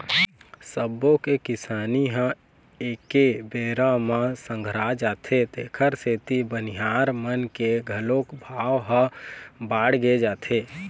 सब्बो के किसानी ह एके बेरा म संघरा जाथे तेखर सेती बनिहार मन के घलोक भाव ह बाड़गे जाथे